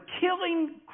killing